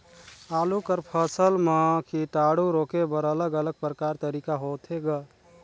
आलू कर फसल म कीटाणु रोके बर अलग अलग प्रकार तरीका होथे ग?